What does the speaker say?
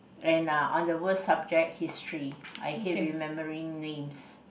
and uh on the worst subject history I hate remembering names